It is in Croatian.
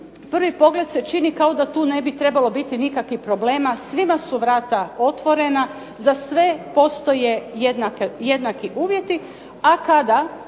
prvi pogled se čini kao da tu ne bi trebalo biti nikakvih problema. Svima su vrata otvorena, za sve postoje jednaki uvjeti, a kada